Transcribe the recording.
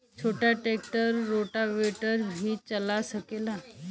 छोटा tractor rotavator भी चला सकेला?